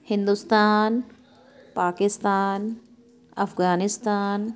Hindustan Pakistan Afghanistan